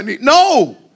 No